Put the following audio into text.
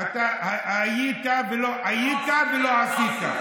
אתה היית ולא עשית.